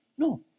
No